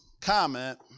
comment